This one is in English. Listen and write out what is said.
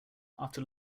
after